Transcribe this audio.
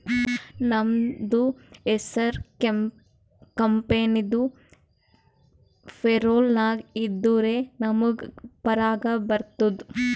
ನಮ್ದು ಹೆಸುರ್ ಕಂಪೆನಿದು ಪೇರೋಲ್ ನಾಗ್ ಇದ್ದುರೆ ನಮುಗ್ ಪಗಾರ ಬರ್ತುದ್